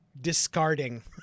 discarding